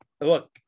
look